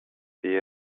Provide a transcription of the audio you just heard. see